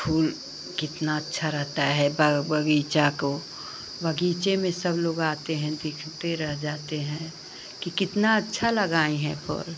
फूल कितना अच्छा रहता है बग बगीचा को बगीचे में सब लोग आते हैं देखते रह जाते हैं कि कितना अच्छा लगाए हैं फूल